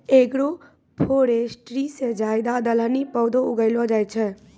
agroforestry से ज्यादा दलहनी पौधे उगैलो जाय छै